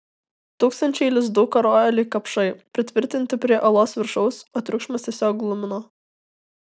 tūkstančiai lizdų karojo lyg kapšai pritvirtinti prie olos viršaus o triukšmas tiesiog glumino